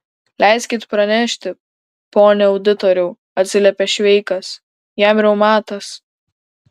leiskit pranešti pone auditoriau atsiliepė šveikas jam reumatas